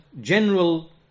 general